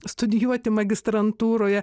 studijuoti magistrantūroje